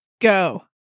go